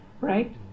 right